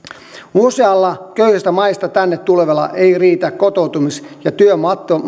useilla köyhistä maista tänne tulevilla ei riitä kotoutumis ja